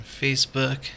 Facebook